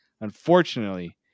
unfortunately